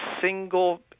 single